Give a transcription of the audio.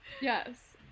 yes